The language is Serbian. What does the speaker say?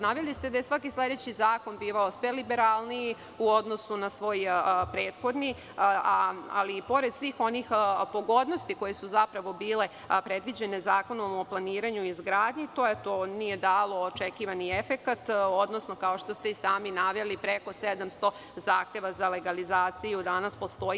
Naveli ste da je svaki sledeći zakon bivao sve liberalniji u odnosu na svoj prethodni, ali, i pored svih onih pogodnosti koje su zapravo bile predviđene Zakonom o planiranju i izgradnji, to nije dalo očekivani efekat, odnosno, kao što ste i sami naveli, preko 700 zahteva za legalizaciju danas postoji.